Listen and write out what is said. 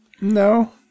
No